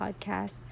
podcast